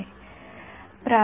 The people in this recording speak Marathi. विद्यार्थीः मग एक्स 0 का आहे